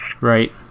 Right